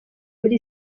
muri